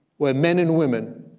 where men and women,